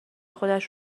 خودش